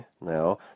now